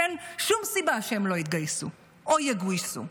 שאין שום סיבה שהם לא יתגייסו או יגויסו.